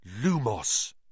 Lumos